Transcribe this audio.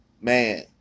man